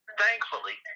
thankfully